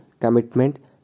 commitment